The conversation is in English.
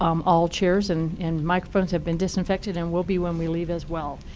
um all chairs and and microphones have been disinfected and will be when we leave as well.